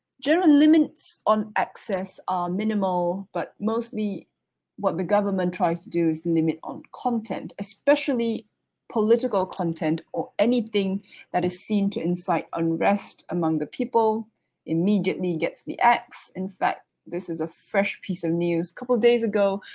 there are limits on access are minimal but mostly what the government tries to do is and limit on content especially political content or anything that is seen to incite unrest among the people immediately and gets the ax. in fact, this is a fresh piece of news, couple of days ago,